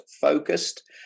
focused